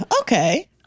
okay